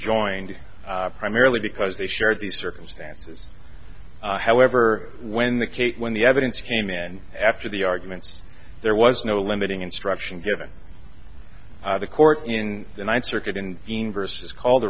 joined primarily because they shared the circumstances however when the case when the evidence came in and after the arguments there was no limiting instruction given the court in the ninth circuit in versus called